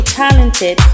talented